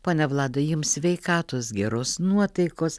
ponia vlada jums sveikatos geros nuotaikos